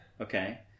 Okay